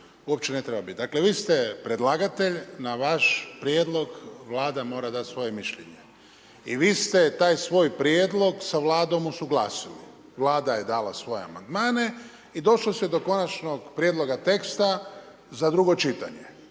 uopće ne treba biti. Dakle vi ste predlagatelj na vaš prijedlog Vlada mora dati svoje mišljenje. I vi ste taj svoj prijedlog sa Vladom usuglasili, Vlada je dala svoje amandmane i došlo se do konačnog prijedloga teksta za drugo čitanje.